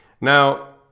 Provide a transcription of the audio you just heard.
Now